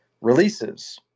Releases